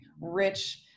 rich